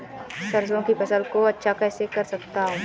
सरसो की फसल को अच्छा कैसे कर सकता हूँ?